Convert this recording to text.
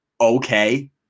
okay